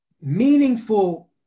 meaningful